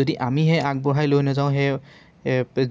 যদি আমিহে আগবঢ়াই লৈ নাযাওঁ সেই